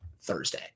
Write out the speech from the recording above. Thursday